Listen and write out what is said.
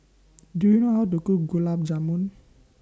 Do YOU know How to Cook Gulab Jamun